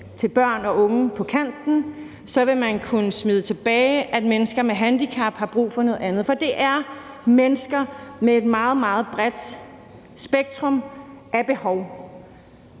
til børn og unge på kanten, vil man kunne smide tilbage, at mennesker med handicap har brug for noget andet. For det er mennesker med et meget, meget bredt spektrum af behov.